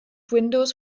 windows